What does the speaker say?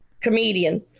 Comedian